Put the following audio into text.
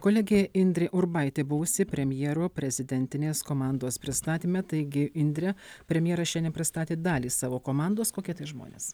kolegė indrė urbaitė buvusi premjero prezidentinės komandos pristatyme taigi indre premjeras šiandien pristatė dalį savo komandos kokie tai žmonės